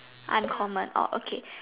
uncommon orh okay